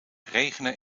regenen